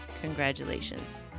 congratulations